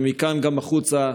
ומכאן גם החוצה,